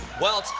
well,